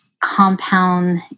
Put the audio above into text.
Compound